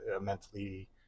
mentally